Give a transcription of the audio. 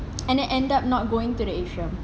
and then end up not going to the atrium